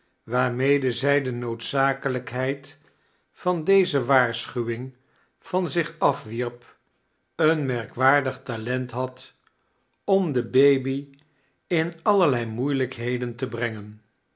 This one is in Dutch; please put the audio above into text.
waarmede zij de noodzakelijkhedd van deze waarschuwdng van zich afwieirp een merkwaardig talent had am de baby in allerled miaedldjkheden te breaigen